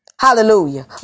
Hallelujah